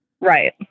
Right